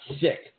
sick